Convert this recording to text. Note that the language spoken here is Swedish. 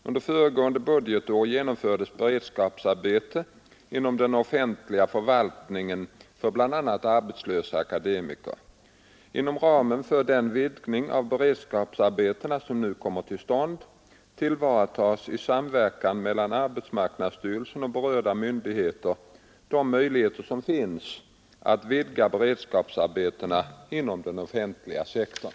Under föregående budgetår genomfördes beredskapsarbeten inom den offentliga förvaltningen för bl.a. arbetslösa akademiker. Inom ramen för den vidgning av beredskapsarbetena som nu kommer till stånd tillvaratas i samverkan mellan arbetsmarknadsstyrelsen och berörda myndigheter de möjligheter som finns att vidga beredskapsarbetena inom den offentliga sektorn.